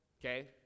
okay